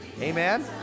Amen